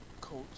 coach